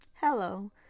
hello